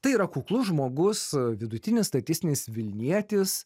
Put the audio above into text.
tai yra kuklus žmogus vidutinis statistinis vilnietis